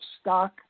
stock